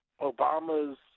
Obama's